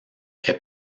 est